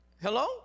Hello